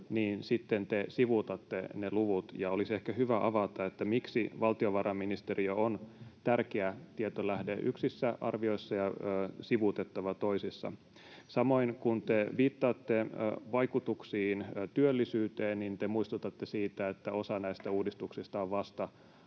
sitten te sivuutatte ne luvut, ja olisi ehkä hyvä avata, miksi valtiovarainministeriö on tärkeä tietolähde yksissä arvioissa ja sivuutettava toisissa. Samoin kun te viittaatte vaikutuksiin työllisyyteen, niin te muistutatte siitä, että osa näistä uudistuksista on vasta